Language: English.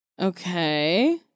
Okay